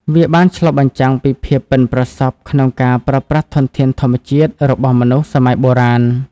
វាបានឆ្លុះបញ្ចាំងពីភាពប៉ិនប្រសប់ក្នុងការប្រើប្រាស់ធនធានធម្មជាតិរបស់មនុស្សសម័យបុរាណ។